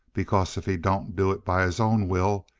because if he don't do it by his own will,